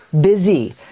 busy